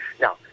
Now